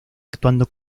actuando